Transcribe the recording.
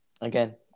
again